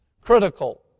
critical